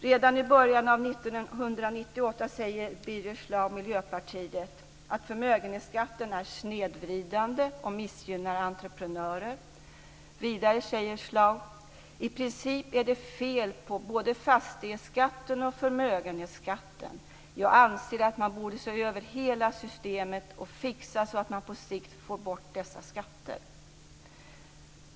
Redan i början av 1998 sade Birger Schlaug, Miljöpartiet, att förmögenhetsskatten är snedvridande och missgynnar entreprenörer. Vidare sade han: I princip är det fel på både fastighetsskatten och förmögenhetsskatten. Jag anser att man borde se över hela systemet och fixa så att man på sikt får bort dessa skatter. Herr talman!